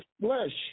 flesh